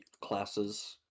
classes